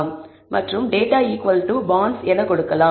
மற்றும் data bonds என கொடுக்கலாம்